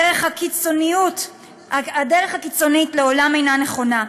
הדרך הקיצונית לעולם אינה נכונה.